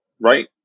right